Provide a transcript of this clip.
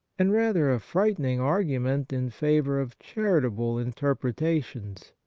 and rather a frightening argument in favour of charitable interpretations.